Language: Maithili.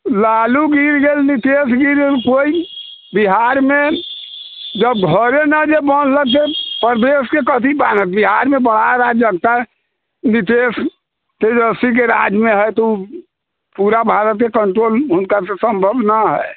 लालू गिर गेल नीतीश गिर गेल कोइ बिहारमे जब घरे नहि जे बन्हलकै प्रदेशके कथी बान्हत बिहारमे बड़ा अराजकता नीतीश तेजस्वीके राजमे हइ तऽ पूरा भारतके कन्ट्रोल हुनकासँ सम्भव नहि हइ